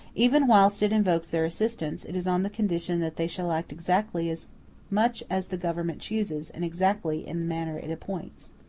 even whilst it invokes their assistance, it is on the condition that they shall act exactly as much as the government chooses, and exactly in the manner it appoints.